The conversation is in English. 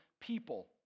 people